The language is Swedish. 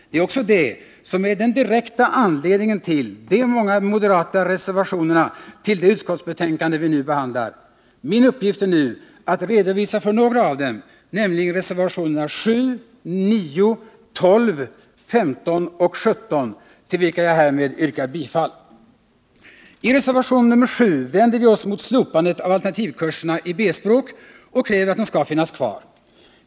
Det är också det som är den direkta anledningen till de många moderata reservationerna till det utskottsbetänkande vi nu behandlar. Min uppgift är nu att redogöra för några av dem, nämligen reservationerna nr 7,9, 12,15 och 17, till vilka jag härmed yrkar bifall. I reservationen nr 7 vänder vi oss mot slopandet av alternativkurserna i B-språk och kräver att de skall finnas kvar.